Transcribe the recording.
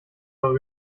eure